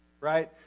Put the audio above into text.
right